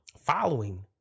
following